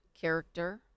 character